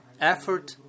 effort